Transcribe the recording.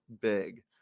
big